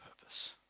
purpose